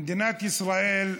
במדינת ישראל,